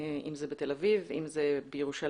אם זה בתל אביב ואם זה בירושלים,